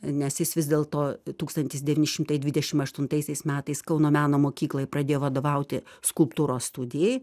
nes jis vis dėl to tūkstantis devyni šimtai dvidešim aštuntaisiais metais kauno meno mokykloj pradėjo vadovauti skulptūros studijai